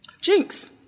Jinx